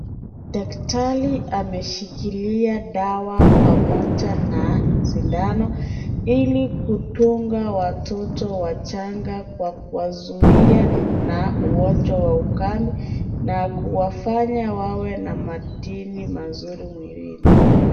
Daktari ameshikilia dawa pamoja na sindano, ili kudunga watoto wachanga kwa kuwazuia na ugonjwa wa ukame, na kuwafanya wawe na matini mwilini.